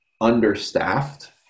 understaffed